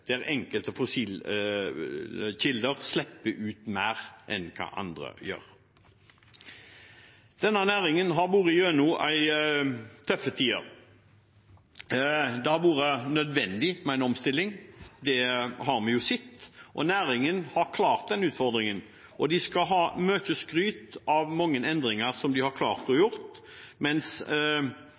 Enkelte fossile kilder slipper ut mer enn andre. Denne næringen har vært igjennom en tøff tid. Det har vært nødvendig med en omstilling, det har vi jo sett. Og næringen har klart den utfordringen. De skal ha mye skryt for mange endringer som de har klart å gjennomføre, mens